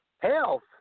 Health